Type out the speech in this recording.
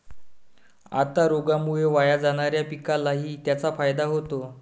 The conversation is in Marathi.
आता रोगामुळे वाया जाणाऱ्या पिकालाही त्याचा फायदा होतो